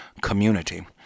community